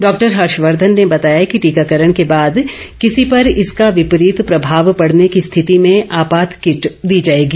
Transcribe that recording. doctor Harshvardhan ने बताया कि टीकाकरण के बाद किसी पर इसका विपरीत प्रभाव पड़ने की स्थिति में आपात किट दी जाएगी